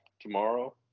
tomorrow